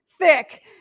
thick